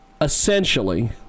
essentially